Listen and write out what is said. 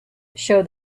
show